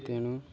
ତେଣୁ